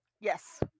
Yes